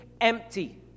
empty